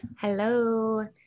hello